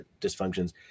dysfunctions